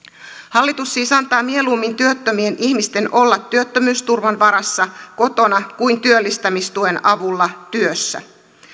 hallitus siis antaa mieluummin työttömien ihmisten olla työttömyysturvan varassa kotona kuin työllistämistuen avulla työssä